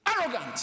arrogant